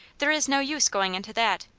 there is no use going into that,